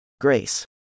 Grace